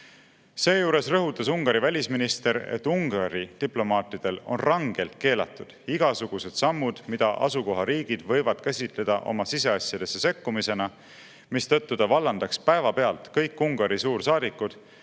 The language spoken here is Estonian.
Seejuures rõhutas Ungari välisminister, et Ungari diplomaatidel on rangelt keelatud igasugused sammud, mida asukohariigid võivad käsitleda oma siseasjadesse sekkumisena, mistõttu ta vallandaks päevapealt kõik Ungari suursaadikud,